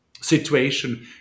situation